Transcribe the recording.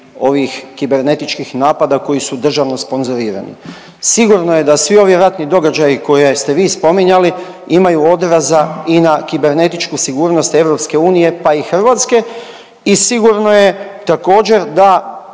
ovih kibernetičkih napada koji su državno sponzorirani. Sigurno je da svi ovi ratni događaji koje ste vi spominjali imaju odraza i na kibernetičku sigurnost EU pa i Hrvatske i sigurno je također da